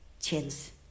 chance